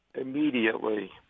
immediately